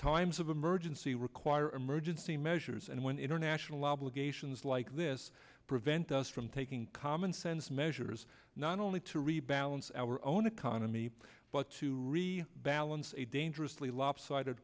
times of emergency require emergency measures and when international obligations like this prevent us from taking commonsense measures not only to rebalance our own economy but to really balance a dangerously lopsided